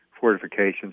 fortifications